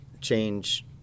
change